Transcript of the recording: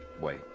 Wait